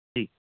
जी